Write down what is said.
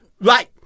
Right